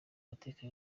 mateka